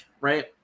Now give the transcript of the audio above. right